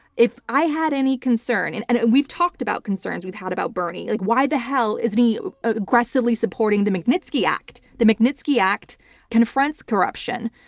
if i had any concern, and and and we've talked about concerns we've had about bernie, like why the hell isn't he aggressively supporting the magnitsky act? the magnitsky act confronts corruption.